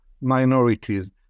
minorities